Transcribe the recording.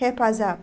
हेफाजाब